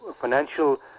financial